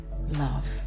love